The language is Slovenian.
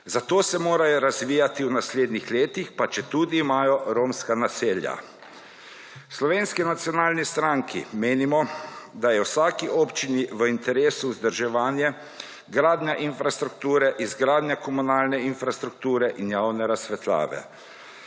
zato se morajo razvijati v naslednjih letih pa četudi imajo romska naselja. V SNS menimo, da je vsaki občini v interesu vzdrževanje, gradnja infrastrukture, izgradnja komunalne infrastrukture in javne razsvetljave.